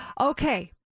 Okay